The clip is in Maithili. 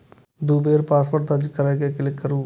दू बेर पासवर्ड दर्ज कैर के क्लिक करू